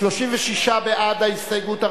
36 בעד ההסתייגות,